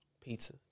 Pizza